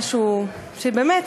משהו שבאמת